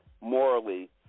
morally